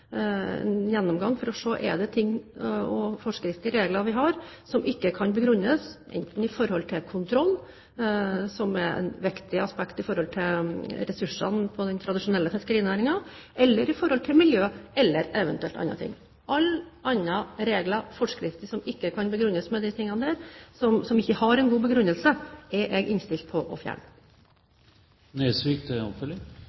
en gjennomgang, for å se om det er forskrifter og regler som ikke kan begrunnes i behovet for kontroll – som er et viktig aspekt med tanke på ressursene i den tradisjonelle fiskerinæringen – eller i hensynet til miljø, eller i eventuelt andre ting. Alle regler og forskrifter som ikke har en god begrunnelse, er jeg innstilt på å fjerne.